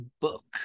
book